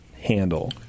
handle